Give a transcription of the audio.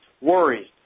worries